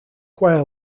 choir